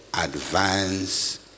advance